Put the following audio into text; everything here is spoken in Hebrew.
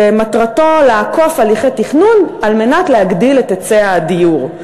שמטרתו לעקוף הליכי תכנון כדי להגדיל את היצע הדיור.